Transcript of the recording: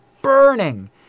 burning